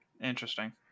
Interesting